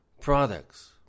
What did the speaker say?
products